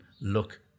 look